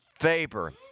Faber